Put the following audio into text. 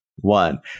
one